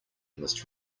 must